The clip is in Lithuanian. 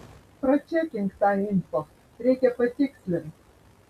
pračekink tą info reikia patikslint